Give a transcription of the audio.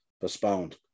postponed